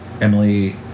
Emily